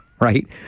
right